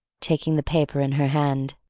taking the paper in her hand.